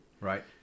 Right